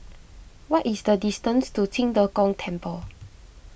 what is the distance to Qing De Gong Temple